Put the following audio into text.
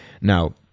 Now